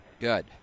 Good